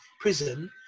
prison